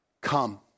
Come